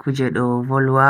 kuje do volwa.